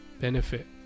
benefit